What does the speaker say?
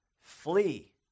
flee